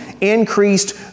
increased